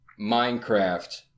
Minecraft